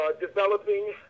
developing